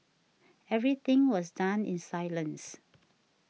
everything was done in silence